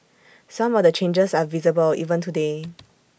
some of the changes are visible even today